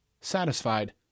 satisfied